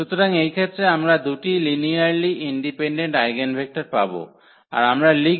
সুতরাং এই ক্ষেত্রে আমরা দুটি লিনিয়ারলি ইন্ডিপেনডেন্ট আইগেনভেক্টর পাব আর আমরা লিখব